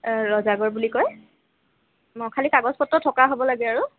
ৰজাগড় বুলি কয় খালী কাগজ পত্ৰ থকা হ'ব লাগে আৰু